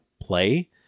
play